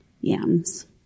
yams